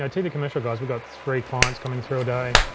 um tv commercial guys, we got three clients coming through a day,